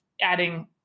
adding